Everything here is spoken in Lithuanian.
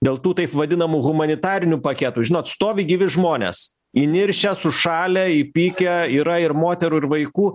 dėl tų taip vadinamų humanitarinių paketų žinot stovi gyvi žmonės įniršę sušalę įpykę yra ir moterų ir vaikų